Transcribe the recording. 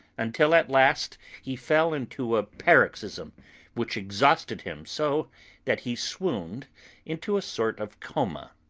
until at last he fell into a paroxysm which exhausted him so that he swooned into a sort of coma.